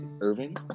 Irving